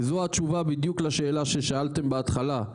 זו התשובה בדיוק לשאלה ששאלתם בהתחלה.